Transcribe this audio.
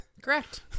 Correct